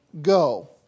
Go